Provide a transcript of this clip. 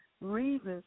reasons